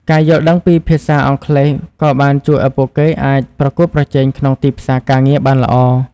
ការយល់ដឹងពីភាសាអង់គ្លេសក៏បានជួយឱ្យពួកគេអាចប្រកួតប្រជែងក្នុងទីផ្សារការងារបានល្អ។